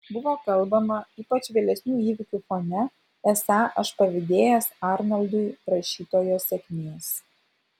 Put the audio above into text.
buvo kalbama ypač vėlesnių įvykių fone esą aš pavydėjęs arnoldui rašytojo sėkmės